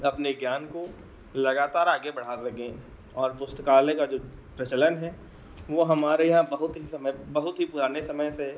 अपने ज्ञान को लगातार आगे बढ़ा सकें और पुस्तकालय का जो प्रचलन है वह हमारे यहाँ बहुत ही समय बहुत ही पुराने समय से